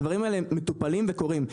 הדברים האלה מטופלים וקורים.